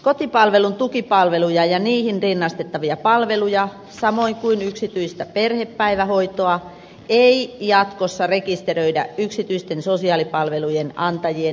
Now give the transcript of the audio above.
kotipalvelun tukipalveluja ja niihin rinnastettavia palveluja samoin kuin yksityistä perhepäivähoitoa ei jatkossa rekisteröidä yksityisten sosiaalipalvelujen antajien rekisteriin